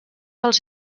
els